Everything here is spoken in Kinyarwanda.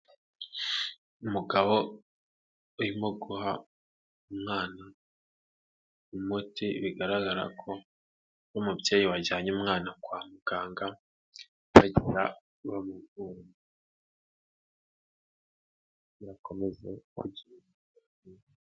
Umugabo urimo guha umwana umuti bigaragara ko umubyeyi wajyanye umwana kwa muganga agira, yakomeza kujya.